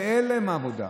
ואין להם עבודה,